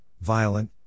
violent